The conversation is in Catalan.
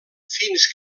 fins